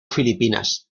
filipinas